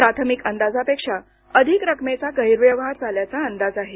प्राथमिक अंदाजापेक्षा अधिक रकमेचा गैरव्यवहार झाल्याचा अंदाज आहे